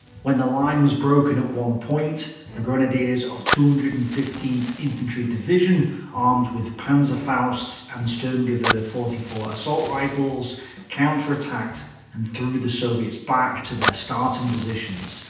when the line was broken at one point, the grenadiers of two hundred and fifteenth infantry division armed with panzerfausts and sturmgewehr forty four assault rifles counterattacked and threw the soviets back to their starting positions,